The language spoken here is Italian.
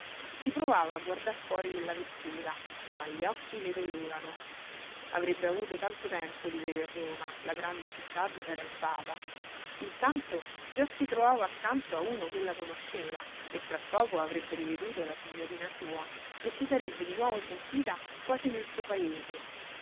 si provava a guardar fuori della vettura ma gli occhi le dolevano avrebbe avuto tanto tempo di veder roma la grande città dov'era il papa intanto già si trovava accanto a uno ch'ella conosceva e tra poco avrebbe riveduto la signorina sua e si sarebbe di nuovo sentita quasi nel suo paese